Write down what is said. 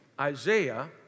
Isaiah